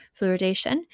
Fluoridation